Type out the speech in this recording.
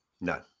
No